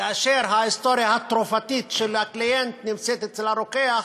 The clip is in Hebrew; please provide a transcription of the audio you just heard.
כאשר ההיסטוריה התרופתית של הקליינט נמצאת אצל הרוקח,